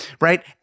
right